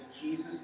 Jesus